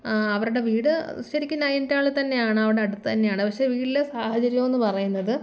അവരുടെ വീട് ശരിക്കും നൈനിറ്റാളിൽ തന്നെയാണ് അവിടെ അടുത്ത് തന്നെയാണ് പക്ഷേ വീട്ടിലെ സാഹചര്യയമെന്ന് പറയുന്നത്